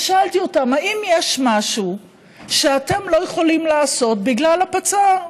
ושאלתי אותם: האם יש משהו שאתם לא יכולים לעשות בגלל הפצ"ר?